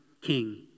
King